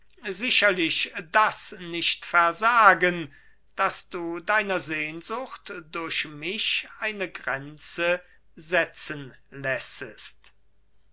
sicherlich das nicht versagen daß du deiner sehnsucht durch mich eine grenze setzen lässest